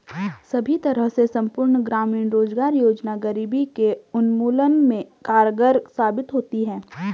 सभी तरह से संपूर्ण ग्रामीण रोजगार योजना गरीबी के उन्मूलन में कारगर साबित होती है